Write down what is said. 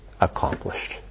accomplished